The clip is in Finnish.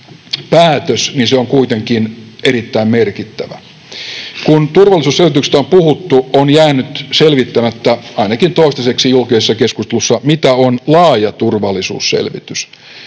niin se on kuitenkin erittäin merkittävä. Kun turvallisuusselvityksestä on puhuttu, on jäänyt selvittämättä ainakin toistaiseksi julkisessa keskustelussa, mikä on laaja turvallisuusselvitys.